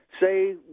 Say